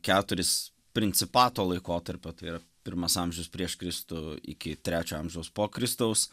keturis principato laikotarpio tai yra pirmas amžius prieš kristų iki trečio amžiaus po kristaus